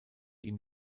ihm